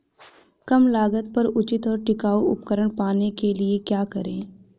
कम लागत पर उचित और टिकाऊ उपकरण पाने के लिए क्या करें?